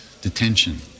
detention